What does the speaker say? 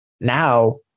now